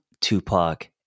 Tupac